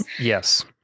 Yes